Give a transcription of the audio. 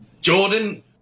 Jordan